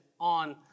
on